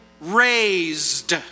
raised